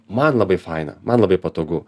man labai faina man labai patogu